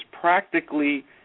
practically